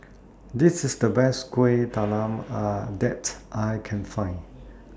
This IS The Best Kueh Talam that I Can Find